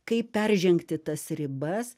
kaip peržengti tas ribas